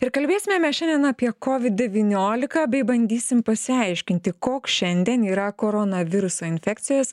ir kalbėsime šiandien apie covid devyniolika bei bandysim pasiaiškinti koks šiandien yra koronaviruso infekcijos